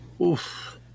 Oof